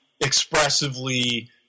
expressively